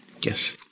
Yes